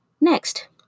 Next